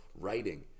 writing